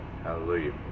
hallelujah